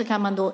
så.